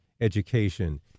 education